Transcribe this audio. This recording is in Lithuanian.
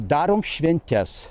darom šventes